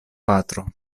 patro